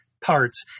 parts